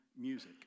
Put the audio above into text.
music